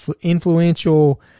influential